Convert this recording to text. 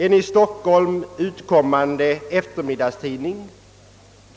En i Stockholm utkommande eftermiddagstidning